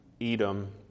Edom